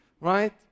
Right